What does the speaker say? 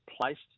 placed